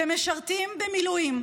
שמשרתים במילואים,